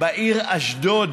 בעיר אשדוד,